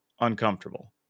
uncomfortable